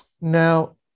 Now